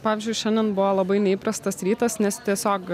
pavyzdžiui šiandien buvo labai neįprastas rytas nes tiesiog